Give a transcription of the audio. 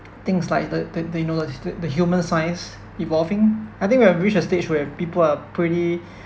things like the the the you know that the human science evolving I think we have reached a stage where people are pretty